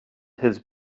his